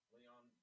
Leon